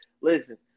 Listen